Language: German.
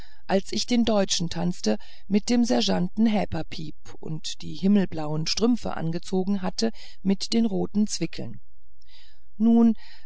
als ich den deutschen tanzte mit dem sergeanten häberpiep und die himmelblauen strümpfe angezogen hatte mit den roten zwickeln nun